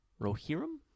Rohirrim